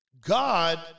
God